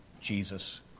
Jesus